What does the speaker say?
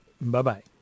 bye-bye